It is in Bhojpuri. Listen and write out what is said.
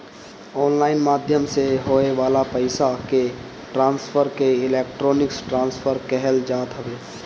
ऑनलाइन माध्यम से होए वाला पईसा के ट्रांसफर के इलेक्ट्रोनिक ट्रांसफ़र कहल जात हवे